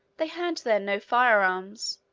they had then no fire-arms,